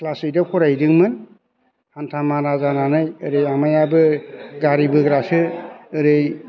class ओइथआव फराय हैदोंमोन हान्थामारा जानानै ओरै आमाइयाबो गारि बोग्रासो ओरै